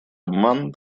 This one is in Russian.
обман